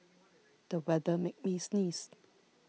the weather made me sneeze